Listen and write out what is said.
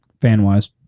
fan-wise